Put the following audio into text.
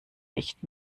nicht